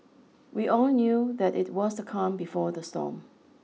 we all knew that it was the calm before the storm